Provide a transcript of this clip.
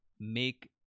make